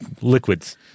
liquids